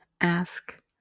Ask